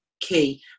key